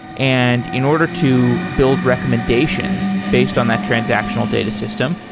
and in order to build recommendations based on that transactional data system,